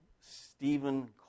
Stephen